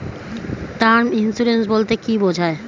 Term insurance বলতে কী বোঝায়?